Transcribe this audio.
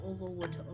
overwater